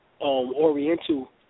Oriental